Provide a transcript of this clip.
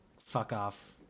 fuck-off